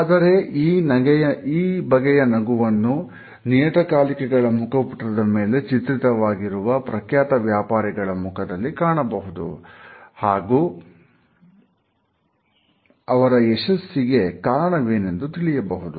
ಆದರೆ ಈ ಬಗೆಯ ನಗುವನ್ನು ನಿಯತಕಾಲಿಕೆಗಳ ಮುಖಪುಟದ ಮೇಲೆ ಚಿತ್ರಿತವಾಗಿರುವ ಪ್ರಖ್ಯಾತ ವ್ಯಾಪಾರಿಗಳ ಮುಖದಲ್ಲಿ ಕಾಣಬಹುದು ಹಾಗೂ ಅವರ ಯಶಸ್ಸಿಗೆ ಕಾರಣವೆಂದು ತಿಳಿಯಬಹುದು